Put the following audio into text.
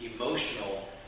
emotional